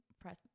press